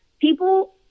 people